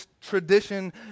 tradition